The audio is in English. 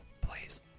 please